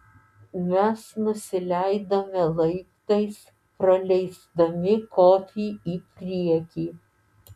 mes nusileidome laiptais praleisdami kofį į priekį